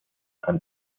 and